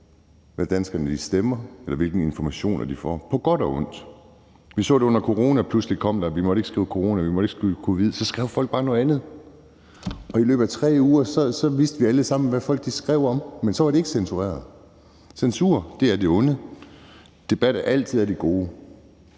hvad danskerne stemmer, eller hvilke informationer de får. Det gælder både på godt og på ondt. Vi så det under corona, hvor vi pludselig ikke måtte skrive »corona«, og vi måtte ikke skrive »covid«, men så skrev folk bare noget andet, og i løbet af 3 uger vidste vi alle sammen, hvad folk skrev om, men så var det ikke censureret. Censur er af det onde, og debat er altid af det gode.